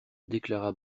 déclara